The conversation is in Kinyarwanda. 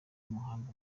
umuhanga